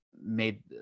made